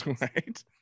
right